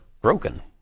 broken